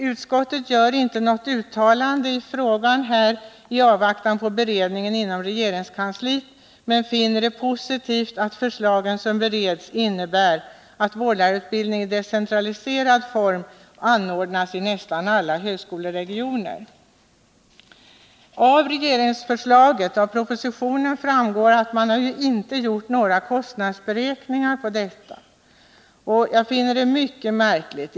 Utskottet gör inte något uttalande i frågan i avvaktan på beredningen inom regeringskansliet men finner det positivt att förslagen som bereds innebär att vårdlärarutbildning i decentraliserad form anordnas i nästan alla högskoleregioner. Av propositionen framgår att det inte gjorts några kostnadsberäkningar, och det finner jag mycket märkligt.